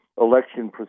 election